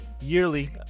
yearly